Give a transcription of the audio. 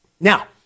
Now